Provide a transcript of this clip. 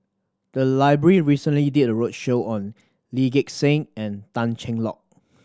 the library recently did a roadshow on Lee Gek Seng and Tan Cheng Lock